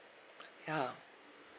ya